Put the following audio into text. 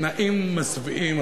תנאים מזוויעים,